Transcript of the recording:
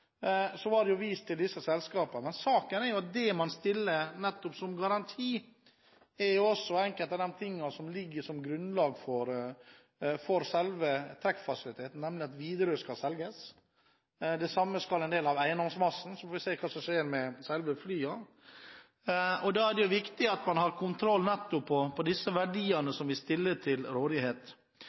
det vist til dette selskapet. Men saken er nettopp at det man stiller som garanti, også er noe av det som ligger som grunnlag for selve trekkfasiliteten, nemlig at Widerøe skal selges. Det samme skal skje med en del av eiendomsmassen, og så får vi se hva som skjer med selve flyene. Da er det viktig at man har kontroll på disse verdiene som vi stiller til rådighet.